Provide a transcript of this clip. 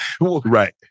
right